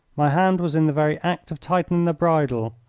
my hand was in the very act of tightening the bridle,